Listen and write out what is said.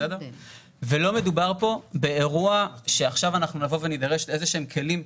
לא מדובר פה באירוע שעכשיו נידרש לאיזה שהם כלים,